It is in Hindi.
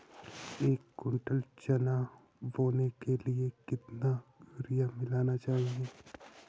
एक कुंटल चना बोने के लिए कितना यूरिया मिलाना चाहिये?